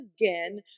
again